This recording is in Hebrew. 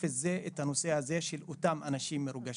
את הנושא הזה של אותם אנשים מרוגשים.